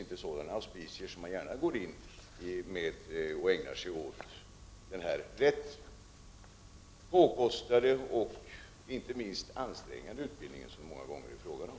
Med sådana auspicier vill man inte gärna ägna sig åt en ganska påkostad och inte minst ansträngande utbildning som det många gånger är fråga om.